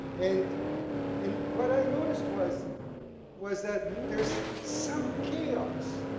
and and what i noticed was was that there's some chaos